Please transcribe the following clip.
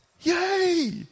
Yay